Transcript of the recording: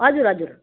हजुर हजुर